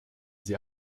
sie